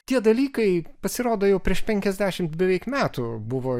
tie dalykai pasirodo jau prieš penkiasdešimt beveik metų buvo